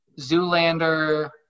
Zoolander